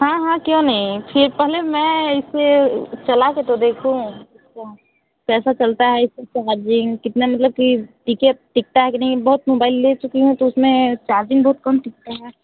हाँ हाँ क्यों नहीं फिर पहले मैं इसे चला के तो देखूँ इसको कैसा चलता है इसकी चार्जिंग कितना मतलब की टिके टिकते हैं कि नहीं बहुत मोबाइल ले चुकी हूँ तो उसमें चार्जिंग बहुत कम टिकता है